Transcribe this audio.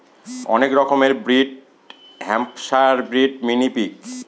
অনেক রকমের breed Hampshire breed, mini pig